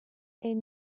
est